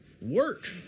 work